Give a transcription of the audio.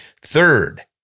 Third